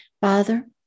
Father